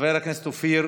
חבר הכנסת אופיר,